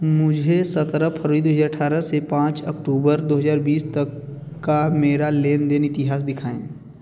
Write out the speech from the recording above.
मुझे सतरह फरवरी दू हज़ार अठारह से पाँच अक्टूबर दू हज़ार बीस तक का मेरा लेन देन इतिहास दिखाए